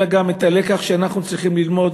אלא הלקח שאנחנו צריכים ללמוד,